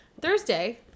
Thursday